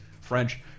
French